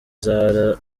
zahara